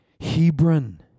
Hebron